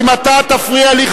אם אתה תפריע לי,